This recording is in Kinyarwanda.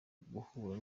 guhura